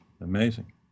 amazing